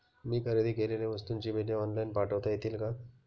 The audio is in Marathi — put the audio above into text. मी खरेदी केलेल्या वस्तूंची बिले ऑनलाइन पाठवता येतील का?